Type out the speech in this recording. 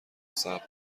ثبت